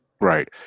right